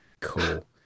cool